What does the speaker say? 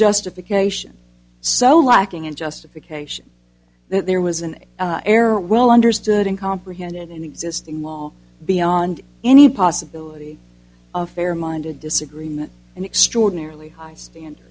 justification so lacking in justification that there was an error well understood and comprehend in an existing wall beyond any possibility of fair minded disagreement an extraordinarily high standard